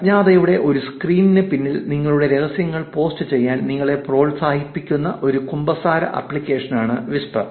അജ്ഞാതതയുടെ ഒരു സ്ക്രീനിന് പിന്നിൽ നിങ്ങളുടെ രഹസ്യങ്ങൾ പോസ്റ്റ് ചെയ്യാൻ നിങ്ങളെ പ്രോത്സാഹിപ്പിക്കുന്ന ഒരു കുമ്പസാര അപ്ലിക്കേഷനാണ് വിസ്പർ